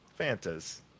Fanta's